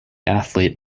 athlete